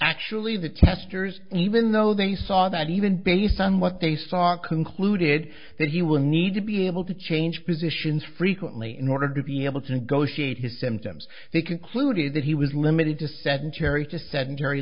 actually the testers even though they saw that even based on what they saw i concluded that he would need to be able to change positions frequently in order to be able to negotiate his symptoms they concluded that he was limited to sedentary to sedentary